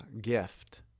gift